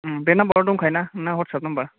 बे नाम्बार आव दंखायो ना नोंना व्हाट्सेप नाम्बार